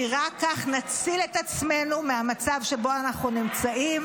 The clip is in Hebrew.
כי רק כך נציל את עצמנו מהמצב שבו אנחנו נמצאים.